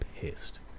pissed